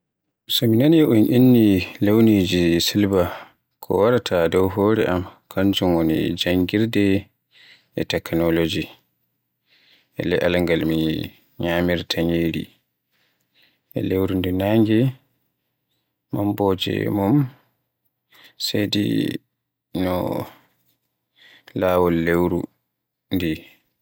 So mi nani un inni launiji silba, ko waraata do hore am kanjum woni Janngirde e teknolooji, e le'al ngam mi nyamirta ñyiri. E lewru nde naange mumbooje mum seɗi, ko laawol lewru nde.